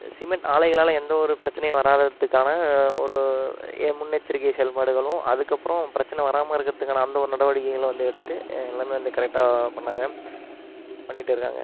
cement ஆலைகளால் எந்தவொரு பிரச்சனையும் வராததுக்கான ஒரு ய முன் எச்சரிக்கை செயல்பாடுகளும் அதுக்கு அப்பறம் பிரச்சனை வராமல் இருக்கிறதுக்கான அந்த ஒரு நடவடிக்கைகளும் வந்து எடுத்து எல்லாமே வந்த கரெக்டா பண்ணாங்கள் பண்ணிகிட்டுருக்காங்கள்